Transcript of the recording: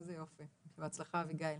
איזה יופי, בהצלחה אביגייל.